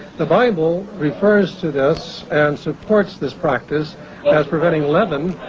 the bible refers to this and supports this practice as preventing leaven,